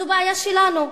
זו בעיה שלנו,